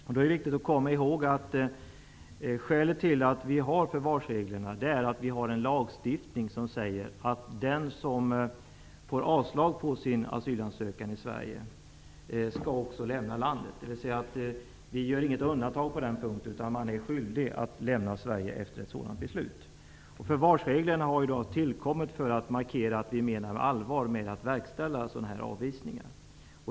Det är viktigt att komma ihåg att skälet till att det finns förvarsregler är att det finns en lagstiftning som säger att den som får avslag på sin asylansökan i Sverige skall också lämna landet. Det görs inga undantag på den punkten. Man är skyldig att lämna Sverige efter ett sådant beslut. Förvarsreglerna har tillkommit för att markera allvaret med att verkställa sådana avvisningar.